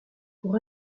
pour